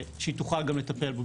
שהיא תוכל גם לטפל בו,